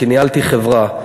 כי ניהלתי חברה,